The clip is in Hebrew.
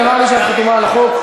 נראה לי שאת חתומה על החוק,